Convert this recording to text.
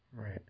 Right